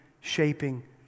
shaping